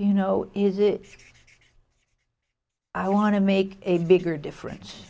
you know is it i want to make a bigger difference